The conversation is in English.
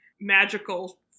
magical